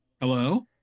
Hello